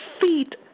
feet